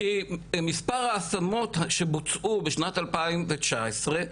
כי מספר ההשמות שבוצעו בשנת 2019,